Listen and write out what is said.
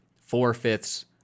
four-fifths